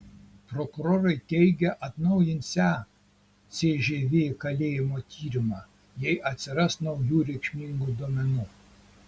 prokurorai teigia atnaujinsią cžv kalėjimo tyrimą jei atsiras naujų reikšmingų duomenų